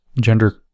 gender